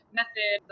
method